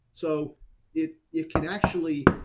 so it it can actually,